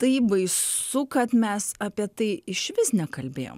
taip baisu kad mes apie tai išvis nekalbėjom